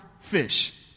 fish